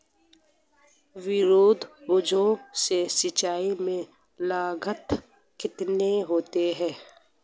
विद्युत ऊर्जा से सिंचाई में लागत कितनी होती है?